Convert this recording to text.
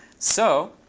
so